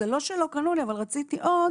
זה לא שלא קנו לי אבל רציתי עוד",